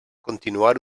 continuar